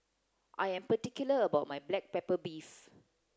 I am particular about my black pepper beef